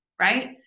right